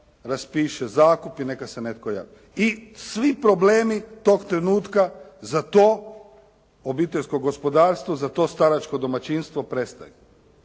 raspiše zakup i neka se netko javi. I svi problemi toga trenutka za to obiteljsko gospodarstvo, za to staračko domaćinstvo prestaju.